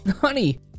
Honey